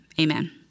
amen